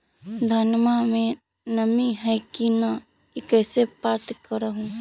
धनमा मे नमी है की न ई कैसे पात्र कर हू?